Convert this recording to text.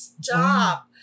stop